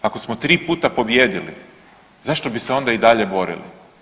Ako smo 3 puta pobijedili zašto bi se onda i dalje borili.